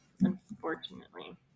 unfortunately